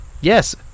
yes